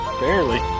Barely